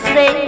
Say